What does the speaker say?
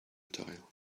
tile